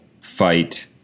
fight